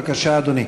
בבקשה, אדוני.